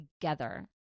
together